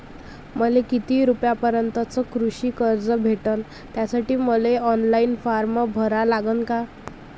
मले किती रूपयापर्यंतचं कृषी कर्ज भेटन, त्यासाठी मले ऑनलाईन फारम भरा लागन का?